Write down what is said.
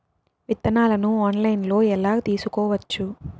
విత్తనాలను ఆన్లైన్లో ఎలా తీసుకోవచ్చు